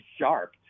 sharp